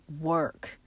work